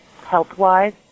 HealthWise